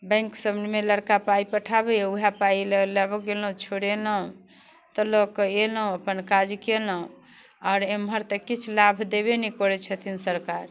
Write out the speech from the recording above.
bank सभमे लड़िका पाइ पठाबैए ओहे पाइ लाबऽ गेनहुँ छोड़ेनहुँ तऽ लऽके एनहुँ अपन काज केनहुँ आओर एमहर तऽ किछु लाभ देबे नहि करै छथिन सरकार